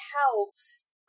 helps